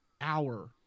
hour